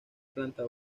planta